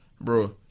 bro